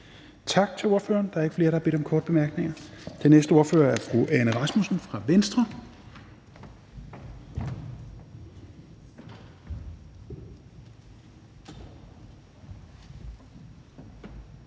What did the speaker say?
Tak til ordføreren. Der er ikke flere, der har bedt om korte bemærkninger. Den næste ordfører er fru Anne Rasmussen fra Venstre.